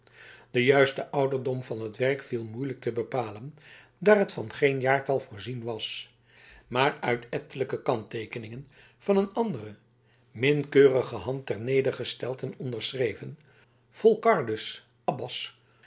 de juiste ouderdom van het werk viel moeilijk te bepalen daar het van geen jaartal voorzien was maar uit ettelijke kantteekeningen van een andere min keurige hand ter neder gesteld en onderschreven volcardus abbas